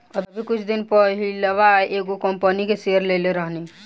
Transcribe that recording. अभी कुछ दिन पहिलवा एगो कंपनी के शेयर लेले रहनी